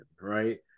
right